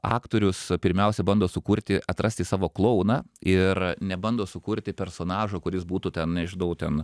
aktorius pirmiausia bando sukurti atrasti savo klouną ir nebando sukurti personažo kuris būtų ten nežinau ten